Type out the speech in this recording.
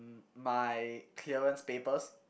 my clearance papers